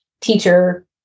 teacher